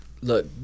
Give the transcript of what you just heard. Look